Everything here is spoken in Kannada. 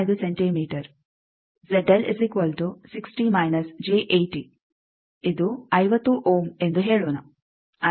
75 ಸೆಂಟಿಮೀಟರ್ ಇದು 50 ಓಮ್ ಎಂದು ಹೇಳೋಣ